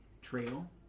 trail